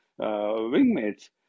wingmates